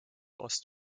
ost